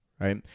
Right